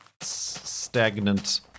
stagnant